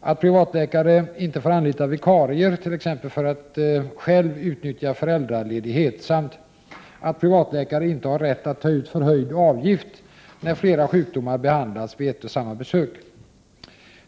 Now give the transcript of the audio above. att privatläkare inte har rätt att ta ut förhöjd avgift när flera sjukdomar behandlas vid ett och samma besök.